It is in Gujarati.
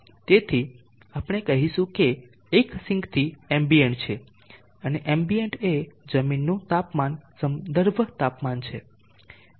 તેથી આપણે કહીશું કે એક સિંક થી એમ્બિયન્ટ છે અને એમ્બિયન્ટ એ જમીનનું તાપમાન સંદર્ભ તાપમાન છે